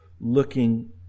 looking